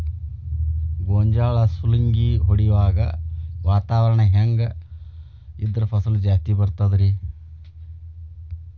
ಗೋಂಜಾಳ ಸುಲಂಗಿ ಹೊಡೆಯುವಾಗ ವಾತಾವರಣ ಹೆಂಗ್ ಇದ್ದರ ಫಸಲು ಜಾಸ್ತಿ ಬರತದ ರಿ?